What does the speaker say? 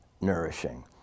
nourishing